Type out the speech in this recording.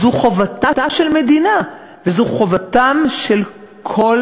זו חובתה של מדינה וזו חובתם של כל